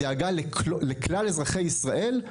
הדאגה לכלל אזרחי ישראל,